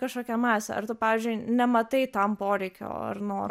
kažkokią masę ar tu pavyzdžiui nematai tam poreikio ar noro